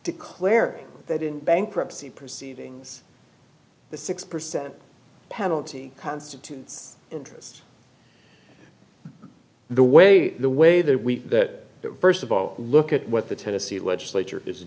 declaring that in bankruptcy proceedings the six percent penalty constitutes interest the way the way that we that that first of all look at what the tennessee legislature is